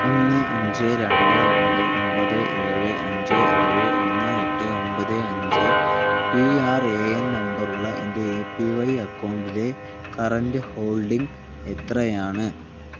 ഒന്ന് അഞ്ച് രണ്ട് രണ്ട് ഒൻപത് ഏഴ് അഞ്ച് ഏഴ് ഒന്ന് എട്ട് ഒമ്പത് അഞ്ച് പി ആർ എ എൻ നമ്പറുള്ള എന്റെ എ പി വൈ അക്കൗണ്ടിലെ കറന്റ് ഹോൾഡിംഗ് എത്രയാണ്